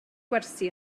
gwersi